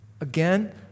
again